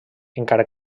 encara